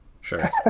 sure